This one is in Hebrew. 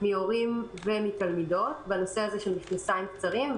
למדי מהורים ומתלמידות בנושא המכנסיים הקצרים.